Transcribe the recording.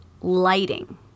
lighting